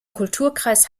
kulturkreis